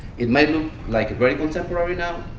it may look like very contemporary now.